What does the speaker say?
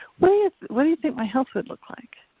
what what do you think my health would look like?